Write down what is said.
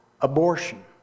abortion